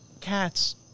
cats